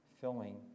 filling